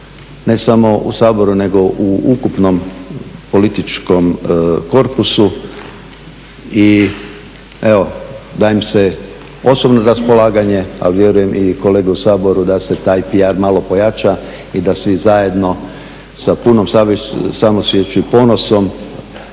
ne samo u Saboru nego u ukupnom političkom korpusu. I evo dajem se osobno na raspolaganje, a vjerujem i kolege u Saboru da se taj PR malo pojača i da svi zajedno sa punom samosviješću i ponosom